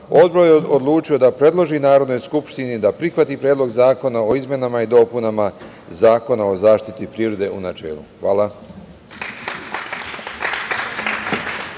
Odbor je odlučio da predloži Narodnoj skupštini da prihvati Predlog zakona o izmenama i dopunama Zakona o zaštiti prirode, u načelu. Hvala.